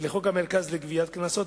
המרכז לגביית קנסות,